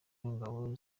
w’ingabo